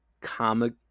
comic